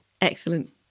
Excellent